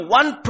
one